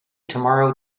tomorrow